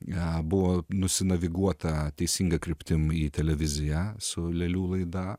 buvo nusinaviguota teisinga kryptim į televiziją su lelių laida